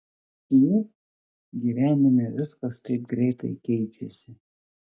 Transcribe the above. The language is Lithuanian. ū gyvenime viskas taip greitai keičiasi